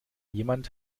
jemand